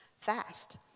fast